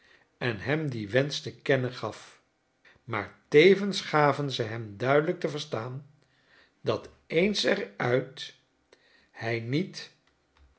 en hem dien wensch te kennen gaf maar tevens gaven ze hem duidelijk te verstaan dat eens er uit hij niet